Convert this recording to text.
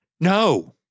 No